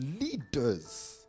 leaders